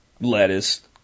lettuce